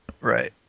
Right